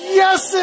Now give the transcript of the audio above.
yes